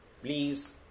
please